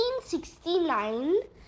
1869